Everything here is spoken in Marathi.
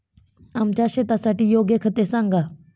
आमच्या शेतासाठी योग्य खते सांगा